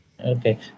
Okay